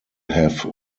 have